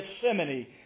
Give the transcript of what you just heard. Gethsemane